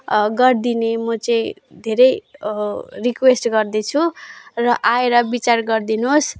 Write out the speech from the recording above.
गरिदिने म चाहिँ धेरै रिक्वेस्ट गर्दैछु र आएर विचार गरिदिनुहोस्